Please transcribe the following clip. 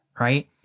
right